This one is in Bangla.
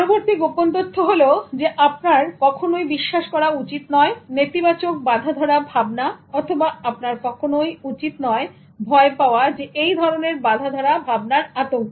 পরবর্তী গোপন তথ্য হলো যে আপনার কখনোই বিশ্বাস করা উচিত নয় নেতিবাচক বাঁধাধরা ভাবনা অথবা আপনার কখনই উচিত নয় ভয় পাওয়া এই ধরনের বাঁধাধরা ভাবনার আতঙ্কে